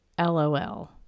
LOL